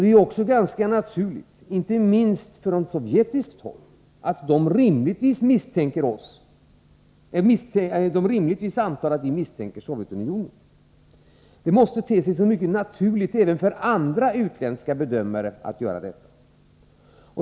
Det är också ganska naturligt att man inte minst från sovjetiskt håll rimligtvis antar att vi misstänker Sovjetunionen. Det måste te sig som mycket naturligt även för andra utländska bedömare att göra detta.